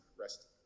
rest